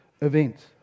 events